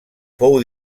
fou